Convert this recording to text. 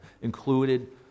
included